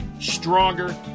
stronger